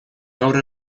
gaur